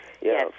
Yes